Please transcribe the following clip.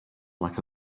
like